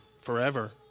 forever